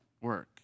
work